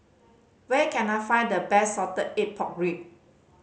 where can I find the best salted egg pork rib